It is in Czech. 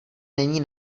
není